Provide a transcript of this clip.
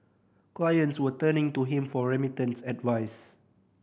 clients were turning to him for remittance advice